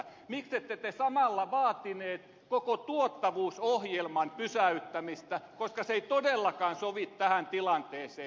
miksi te ette samalla vaatineet koko tuottavuusohjelman pysäyttämistä koska se ei todellakaan sovi tähän tilanteeseen